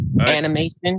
animation